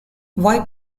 why